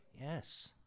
Yes